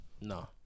No